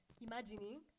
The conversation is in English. Imagining